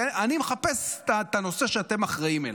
אני מחפש את הנושא שאתם אחראים לו.